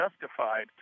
justified